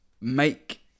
make